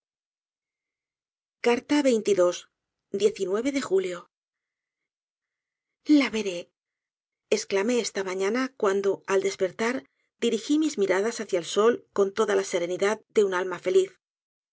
alegría de julio la veré esclamé esta mañana cuando al desper tar dirigí mis miradas hacia el sol con toda la serení dad dé uri alma feliz